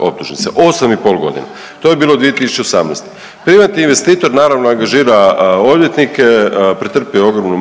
optužnice. 8,5 godina. To je bilo 2018. Privatni investitor naravno, angažira odvjetnike, pretrpio je ogromnu materijalnu